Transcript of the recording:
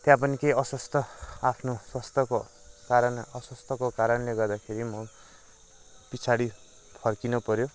त्यहाँ पनि केही अस्वस्थ्य आफ्नो स्वस्थयको कारण अस्वास्थ्यको कारणले गर्दाखेरि म पिछाडि फर्किनु पऱ्यो